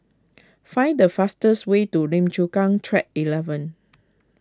find the fastest way to Lim Chu Kang Track eleven